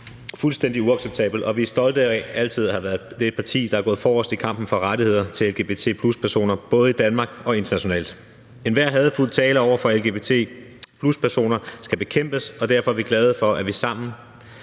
fuldstændig uacceptabel, og vi er stolte af altid at have været det parti, der er gået forrest i kampen for rettigheder til lgbt+-personer, både i Danmark og internationalt. Enhver hadefuld tale over for lgbt+-personer skal bekæmpes, og derfor er vi glade for, at vi sammen